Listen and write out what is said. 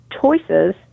choices